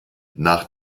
nach